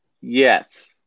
yes